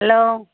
hello